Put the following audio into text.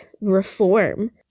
reform